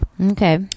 Okay